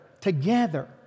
together